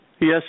Yes